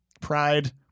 pride